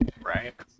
right